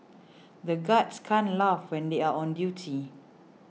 the guards can't laugh when they are on duty